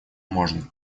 можно